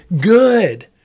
Good